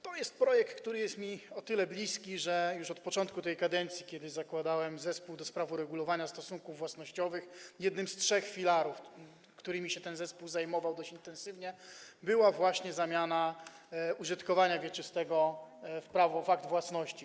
To jest projekt, który jest mi o tyle bliski, że już na początku tej kadencji założyłem Parlamentarny Zespół ds. Uregulowania Stosunków Własnościowych i jednym z trzech filarów, którymi się ten zespół zajmował dość intensywnie, była właśnie zamiana użytkowania wieczystego w akt własności.